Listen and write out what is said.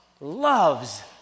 loves